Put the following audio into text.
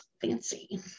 fancy